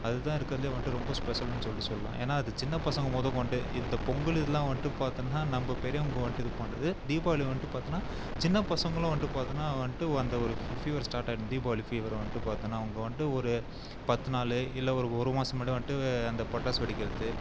அதுதான் இருக்கிறதுலே வந்துட்டு ரொம்ப ஸ்பெசலுன்னு சொல்லிட்டு சொல்லலாம் ஏன்னால் அது சின்னப்பசங்கள் மொதற்கொண்டு இந்த பொங்கல் இதெல்லாம் வந்துட்டு பார்த்தோன்னா நம்ம பெரியவங்கள் வந்துட்டு இது பண்ணுறது தீபாவளி வந்துட்டு பார்த்தோன்னா சின்னப்பசங்களும் வந்துட்டு பார்த்தோன்னா வந்துட்டு அந்த ஒரு ஃபீ ஃபீவர் ஸ்டாட்டாகிடும் தீபாவளி ஃபீவர் வந்துட்டு பார்த்தோன்னா அவங்க வந்துட்டு ஒரு பத்து நாள் இல்லை ஒரு ஒரு மாதம் முன்னாடியே வந்துட்டு அந்த பட்டாசு வெடிக்கிறது